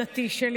הדתי,